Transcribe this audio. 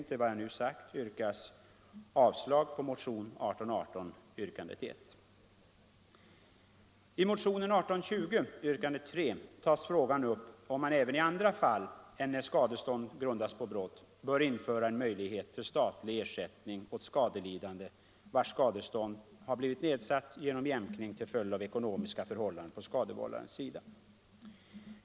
I motionen 1820 yrkandet 3 tas frågan upp om man även i andra fall än när skadestånd grundas på brott bör införa en möjlighet till statlig ersättning åt skadelidande, vars skadestånd har blivit nedsatt genom en jämkning till följd av ekonomiska förhållanden på skadevållandens sida.